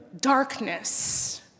darkness